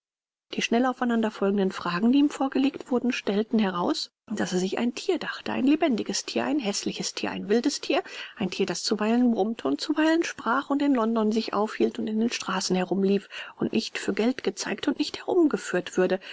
die schnell aufeinander folgenden fragen die ihm vorgelegt wurden stellten heraus daß er sich ein tier dachte ein lebendiges tier ein häßliches tier ein wildes tier ein tier das zuweilen brummte und zuweilen sprach und in london sich aufhielt und in den straßen herumlief und nicht für geld gezeigt und nicht herumgeführt würde